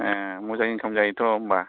ए मोजां इनकाम जायोथ' होनबा